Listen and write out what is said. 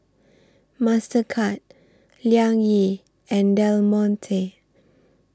Mastercard Liang Yi and Del Monte